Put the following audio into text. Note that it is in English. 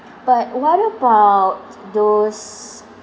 but what about those